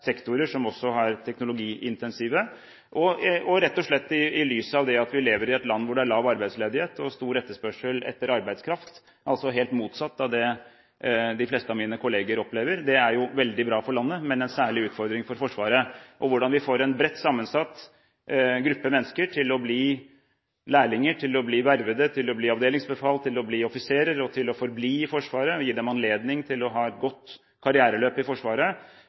sektorer, som også er teknologiintensive, og rett og slett i lys av det at vi lever i et land hvor det er lav arbeidsledighet og stor etterspørsel etter arbeidskraft, altså helt motsatt av det de fleste av mine kollegaer opplever. Det er jo veldig bra for landet, men en særlig utfordring for Forsvaret. Hvordan vi får en bredt sammensatt gruppe mennesker til å bli lærlinger, til å bli vervede, til å bli avdelingsbefal, til å bli offiserer og til å forbli i Forsvaret, og gi dem anledning til å ha et godt karriereløp i Forsvaret